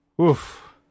Oof